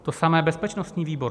To samé bezpečnostní výbor.